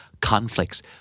conflicts